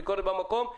הביקורת היא במקום.